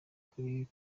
ari